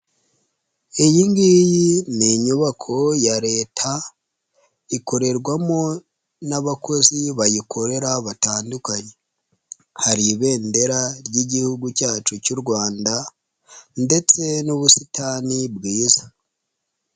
Iyi ngiyi ni inyubako ya Leta ikorerwamo n'abakozi bayikorera batandukanye, hari ibendera ry'Igihugu cyacu cy'u Rwanda ndetse n'ubusitani bwiza.